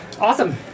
Awesome